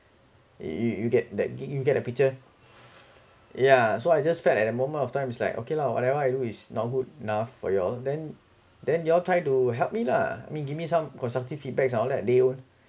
you you get that get you get the picture yeah so I just felt at that moment of time is like okay lah whatever I do is not good enough for you all then then you all try to help me lah me give me some constructive feedback and all that they all